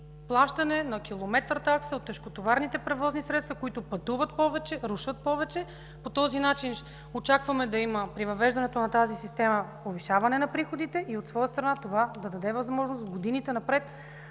плащане на километър такса от тежкотоварните превозни средства, които пътуват повече, рушат повече. По този начин очакваме при въвеждането на тази система повишаване на приходите и от своя страна това да даде възможност в годините напред